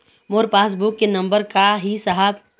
मोर passbook के number का ही साहब?